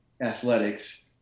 athletics